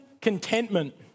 contentment